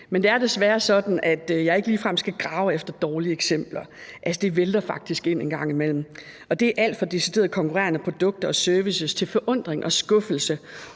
Men det er desværre sådan, at jeg ikke ligefrem skal grave efter dårlige eksempler. Det vælter faktisk ind med dem en gang imellem, og det går på alt fra decideret konkurrerende produkter og services til forundring og skuffelse